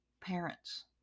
parents